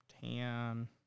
tan